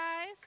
guys